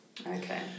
Okay